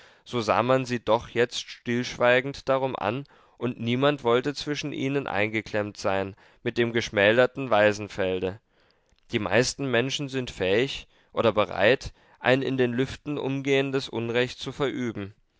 so sah man sie doch jetzt stillschweigend darum an und niemand wollte zwischen ihnen eingeklemmt sein mit dem geschmälerten waisenfelde die meisten menschen sind fähig oder bereit ein in den lüften umgehendes unrecht zu verüben